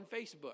Facebook